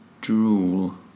Drool